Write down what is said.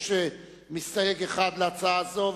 יש מסתייג אחד להצעה זו,